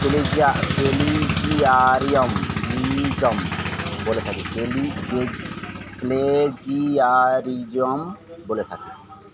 বলে থাকে কি প্লেজিয়ারিজম বলে থাকে